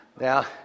Now